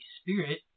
Spirit